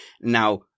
Now